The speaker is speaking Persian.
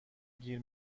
گیر